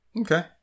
Okay